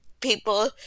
people